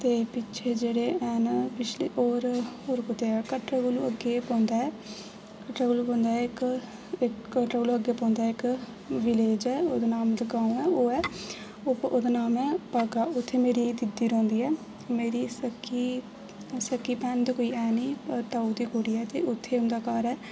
ते पिच्छें जेह्ड़े हैन पिच्छले होर जेह्ड़े कुदै कटरे कोलू अग्गें केह् पौंदा ऐ कटरे कोलू पौंदा ऐ इक इक कटरे कोला अग्गें पौंदा ऐ इक विलेज ऐ ओह्दा नाम गाओं ऐ ओह्दा नाम ऐ भाग्गा उ'त्थें मेरी दीदी रौह्ंदी ऐ मेरी सक्की भैन ते कोई ऐ निं मेरी ताऊ दी कुड़ी ऐ ते उ'त्थें उं'दा घर ऐ